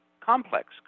complex